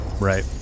Right